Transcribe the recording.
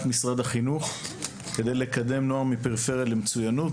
משרד החינוך כדי לקדם נוער מפריפריה למצוינות.